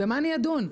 במה אני אדון?